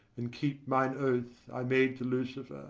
and keep mine oath i made to lucifer.